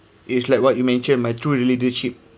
it's like what you mention my true leadership